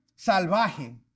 salvaje